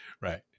right